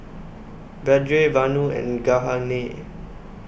Vedre Vanu and Jahangir